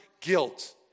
guilt